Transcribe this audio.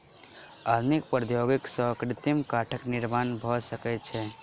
आधुनिक प्रौद्योगिकी सॅ कृत्रिम काठक निर्माण भ सकै छै